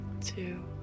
two